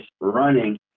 running